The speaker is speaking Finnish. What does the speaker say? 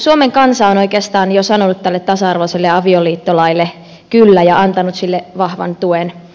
suomen kansa on oikeastaan jo sanonut tälle tasa arvoiselle avioliittolaille kyllä ja antanut sille vahvan tuen